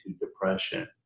depression